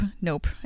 nope